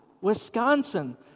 Wisconsin